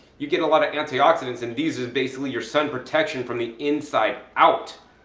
you get a lot of anti-oxidants and these is basically your sun protection from the inside out.